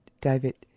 David